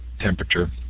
temperature